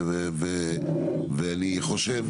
אני חושב,